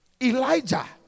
Elijah